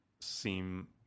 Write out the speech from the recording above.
seem